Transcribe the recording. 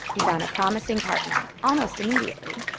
he found a promising partner almost immediately.